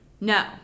No